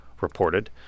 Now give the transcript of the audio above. reported